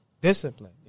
discipline